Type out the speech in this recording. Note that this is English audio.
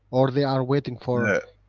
or they are waiting for?